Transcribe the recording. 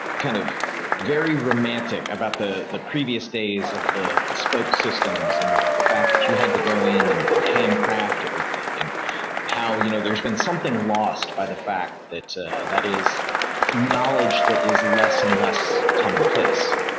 kind of very romantic about the the previous days of the the spoke systems and you know the fact that you had to go and handcraft everything and how you know there's been something lost by the fact that that is knowledge that is less and less come in place.